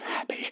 happy